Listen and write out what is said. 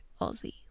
Aussie